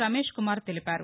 రమేష్ కుమార్ తెలిపారు